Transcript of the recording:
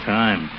time